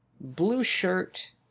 blue-shirt